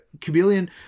chameleon